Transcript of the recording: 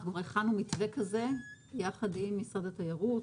הכנו מתווה כזה ביחד עם משרד התיירות.